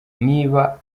niba